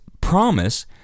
promise